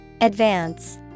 Advance